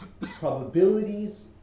probabilities